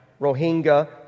Rohingya